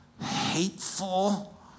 hateful